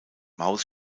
maus